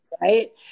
right